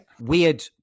weird